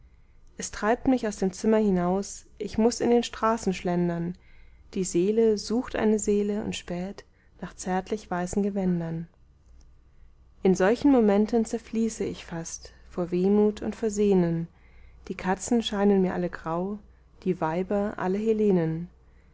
es treibt mich aus dem zimmer hinaus ich muß in den straßen schlendern die seele sucht eine seele und späht nach zärtlich weißen gewändern in solchen momenten zerfließe ich fast vor wehmut und vor sehnen die katzen scheinen mir alle grau die weiber alle